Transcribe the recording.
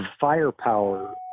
firepower